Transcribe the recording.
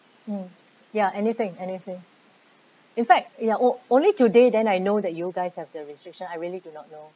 mm ya anything anything in fact ya on~ only today then I know that you guys have the restriction I really do not know